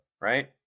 right